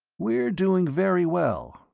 we're doing very well.